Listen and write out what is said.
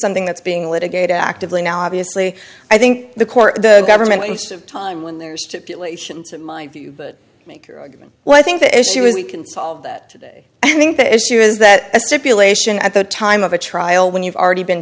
something that's being litigated actively now obviously i think the court government waste of time when there's typically my view but make your argument well i think the issue is we can solve that i think the issue is that a stipulation at the time of a trial when you've already been